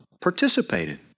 participated